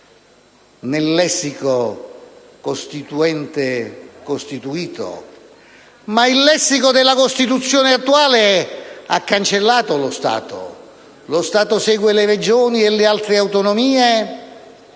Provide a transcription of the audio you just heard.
nel lessico costituente-costituito, il lessico della Costituzione attuale ha cancellato lo Stato: lo Stato segue le Regioni e le altre autonomie,